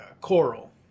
Coral